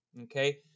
Okay